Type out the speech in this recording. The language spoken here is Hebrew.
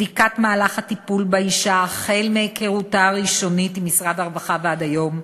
בדיקת מהלך הטיפול באישה החל מהיכרותה הראשונה עם משרד הרווחה ועד היום,